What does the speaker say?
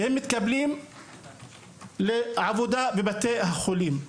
והם מתקבלים לעבודה בבתי החולים.